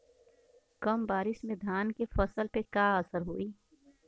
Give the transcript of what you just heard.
कम बारिश में धान के फसल पे का असर होई?